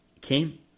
came